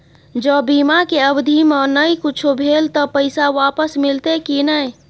ज बीमा के अवधि म नय कुछो भेल त पैसा वापस मिलते की नय?